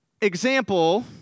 example